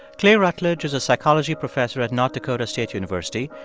clay routledge is a psychology professor at north dakota state university.